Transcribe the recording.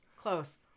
close